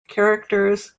characters